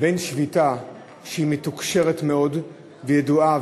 בין שביתה שהיא מתוקשרת מאוד וידועה,